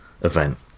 event